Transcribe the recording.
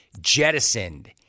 jettisoned